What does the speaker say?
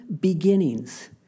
beginnings